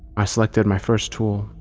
i selected my first tool,